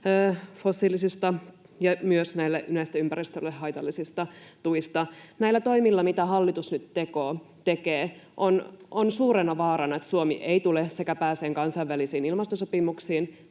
fossiilisista ja myös näistä ympäristölle haitallisista tuista. Näillä toimilla, mitä hallitus nyt tekee, on suurena vaarana, että Suomi ei tule pääsemään kansainvälisiin ilmastosopimuksiin